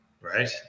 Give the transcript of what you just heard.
right